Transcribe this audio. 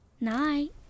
Night